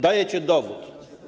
Dajecie dowód.